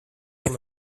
sur